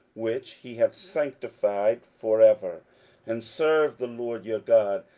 which he hath sanctified for ever and serve the lord your god,